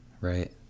Right